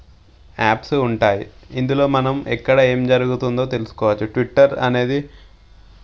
apps ఉంటాయి ఇందులో మనం ఎక్కడ ఏం జరుగుతుందో తెలుసుకోవచ్చు ట్విట్టర్ అనేది